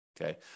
okay